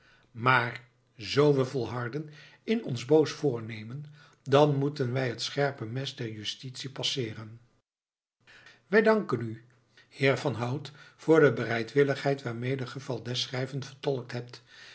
maar zoo we volharden in ons boos voornemen dan moeten wij het scherpe mes der justitie passeeren wij danken u heer van hout voor de bereidwilligheid waarmede ge valdez schrijven vertolkt hebt